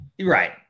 Right